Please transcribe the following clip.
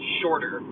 shorter